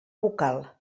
vocal